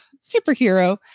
superhero